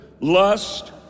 Lust